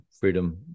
Freedom